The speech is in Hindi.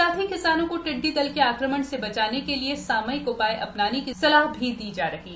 साथ ही किसानों को टिड्डी दल के आक्रमण से बचाने सामयिक उपाय अपनाने की सलाह भी दी जा रही है